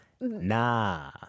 Nah